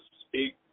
speak